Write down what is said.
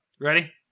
ready